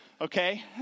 okay